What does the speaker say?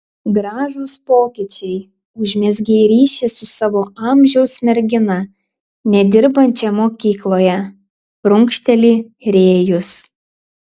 gražūs pokyčiai užmezgei ryšį su savo amžiaus mergina nedirbančia mokykloje prunkšteli rėjus